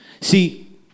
See